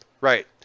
Right